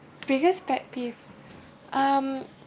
previous pet peeve um